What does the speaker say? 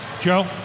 Joe